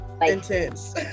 Intense